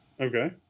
Okay